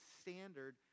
Standard